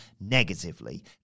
negatively